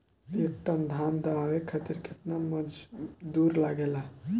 एक टन धान दवावे खातीर केतना मजदुर लागेला?